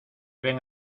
ven